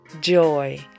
joy